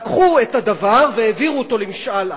לקחו את הדבר והעבירו אותו למשאל עם.